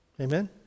Amen